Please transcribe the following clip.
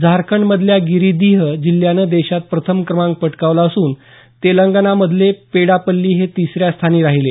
झारखंडमधल्या गिरिधीह जिल्ह्यानं देशात प्रथम क्रमांक पटकावला असून तेलंगणामधले पेडापल्ली हे तिसऱ्या स्थानी राहिले